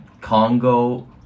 Congo